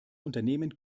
unternehmen